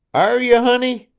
are ye, honey?